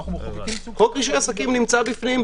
חוק רישוי עסקים נמצא בפנים,